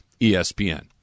ESPN